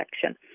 section